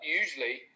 usually